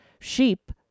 Sheep